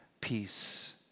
peace